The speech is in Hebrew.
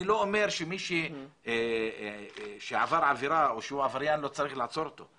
אני לא אומר שמי שעבר עבירה או שהוא עבריין לא צריך לעצור אותו,